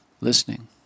listening